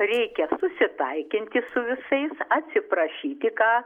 reikia susitaikinti su visais atsiprašyti ką